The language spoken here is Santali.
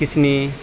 ᱠᱤᱥᱱᱤ